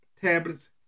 tablets